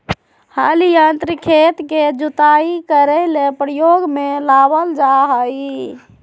हल यंत्र खेत के जुताई करे ले प्रयोग में लाबल जा हइ